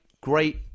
great